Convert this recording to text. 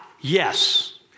yes